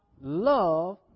love